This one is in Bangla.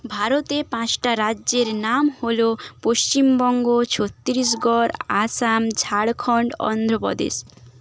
ভারতে পাঁচটা রাজ্যের নাম হলো পশ্চিমবঙ্গ ছত্তিশগড় আসাম ঝাড়খন্ড অন্ধ্রপ্রদেশ